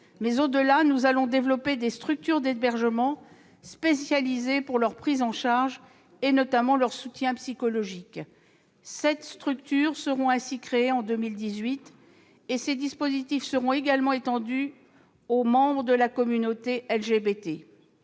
mais au-delà, nous allons développer des structures d'hébergement spécialisées pour leur prise en charge, particulièrement pour leur soutien psychologique. En 2018, sept structures seront ainsi créées. Par ailleurs, ces dispositifs seront également étendus aux membres de la communauté LGBT.